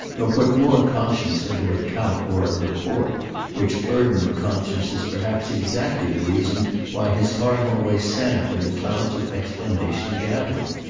nor put more conscience into an account or a report which burden of conscience is perhaps exactly the reason why his heart always sank when the clouds of explanation gathered.